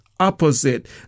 Opposite